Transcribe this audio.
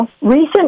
Recent